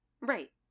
Right